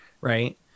right